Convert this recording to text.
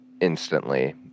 instantly